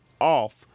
off